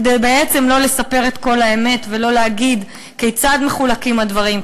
כדי שלא לספר את כל האמת ולא להגיד כיצד מחולקים הדברים,